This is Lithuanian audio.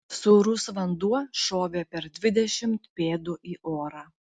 sūrus vanduo šovė per dvidešimt pėdų į orą